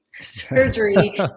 Surgery